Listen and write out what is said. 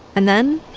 and then.